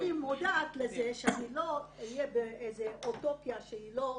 אני מודעת לזה שאני לא אהיה באיזה אוטופיה שהיא לא ריאלית,